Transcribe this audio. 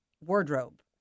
wardrobe